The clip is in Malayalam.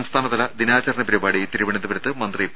സംസ്ഥാനതല ദിനാചരണ പരിപാടി തിരുവനന്തപുരത്ത് മന്ത്രി പി